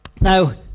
Now